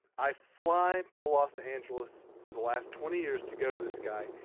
i fly to los angeles for the last twenty years to go to this guy.